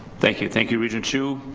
thank you. thank you regent hsu.